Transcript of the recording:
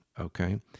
okay